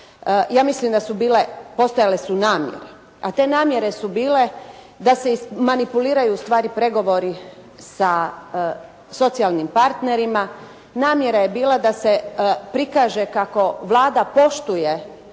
Ja mislim da su bile, postojale su namjere, a te namjere su bile da se izmanipuliraju u stvari pregovori sa socijalnim partnerima. Namjera je bila da se prikaže kako Vlada poštuje